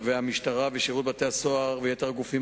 המשטרה ושירות בתי-הסוהר ויתר הגופים